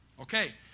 Okay